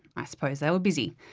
i suppose they were busy.